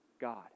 God